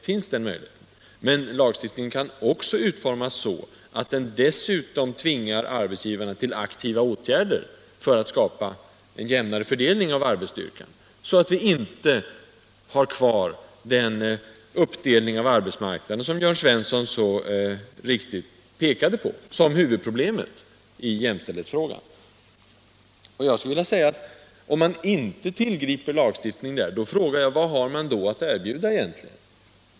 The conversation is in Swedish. Men lagen kan också utformas så, att den dessutom tvingar arbetsgivare till aktiva åtgärder för att skapa en jämnare fördelning av arbetsstyrkan, så att vi inte har kvar den uppdelning av arbetsmarknaden som Jörn Svensson så riktigt framhöll vara huvudproblemet i jämställdhetsfrågan. Om man inte vill ha lagstiftning på detta område skulle jag vilja fråga: Vad har man då att erbjuda?